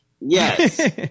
Yes